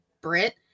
Brit